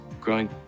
growing